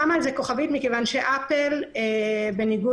אני שמה על זה כוכבית מכיוון שAPPLE- בניגוד